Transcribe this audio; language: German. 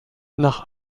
nach